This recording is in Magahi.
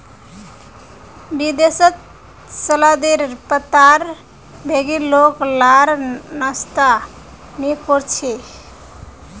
विदेशत सलादेर पत्तार बगैर लोग लार नाश्ता नि कोर छे